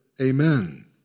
Amen